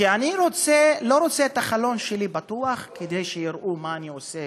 שאני לא רוצה שהחלון שלי יהיה פתוח כדי שיראו מה אני עושה